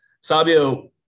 Sabio